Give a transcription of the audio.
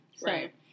Right